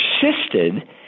persisted